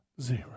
Zero